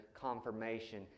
confirmation